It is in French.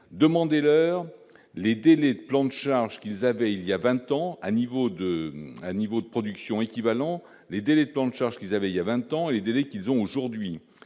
demandez leur les délais de plantes charge qu'ils avaient il y a 20 ans, à niveau de niveau de production équivalent, les délais pour une charge qu'ils avaient il y a 20 ans et les délais qu'ils ont aujourd'hui